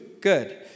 Good